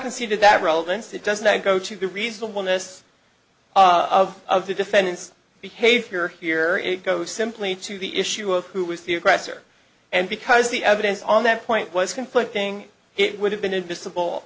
conceded that relevance it doesn't go to the reasonable notice of of the defendant's behavior here it goes simply to the issue of who was the aggressor and because the evidence on that point was conflicting it would have been admissible